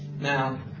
Now